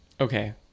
Okay